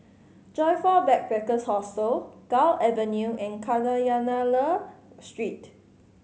Joyfor Backpackers' Hostel Gul Avenue and Kadayanallur Street